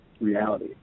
reality